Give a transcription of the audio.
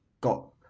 got